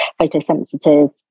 photosensitive